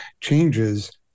changes